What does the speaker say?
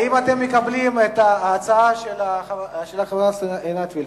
האם אתם מקבלים את ההצעה של חברת הכנסת עינת וילף?